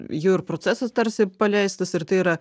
jo ir procesas tarsi paleistas ir tai yra